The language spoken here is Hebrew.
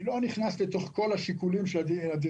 אני לא נכנס אל תוך כל השיקולים של הדירקטוריון,